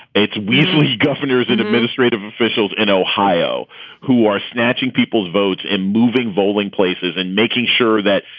it's weaselly governors and administrative officials in ohio who are snatching people's votes and moving voting places and making sure that,